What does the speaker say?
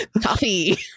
Coffee